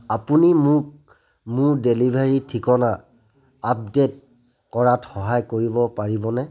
আপুনি মোক মোৰ ডেলিভাৰী ঠিকনা আপডে'ট কৰাত সহায় কৰিব পাৰিবনে